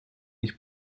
ich